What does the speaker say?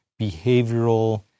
behavioral